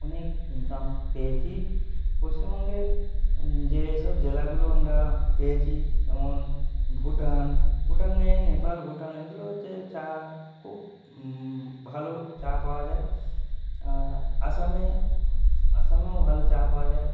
অনেক ইনকাম পেয়েছি পশ্চিমবঙ্গে যেসব জেলাগুলো আমরা পেয়েছি যেমন ভুটান ভুটানে নেপাল ভুটান এইগুলো হচ্ছে চা খুব ভালো চা পাওয়া যায় আসামে আসামেও ভালো চা পাওয়া যায়